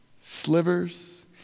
slivers